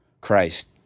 Christ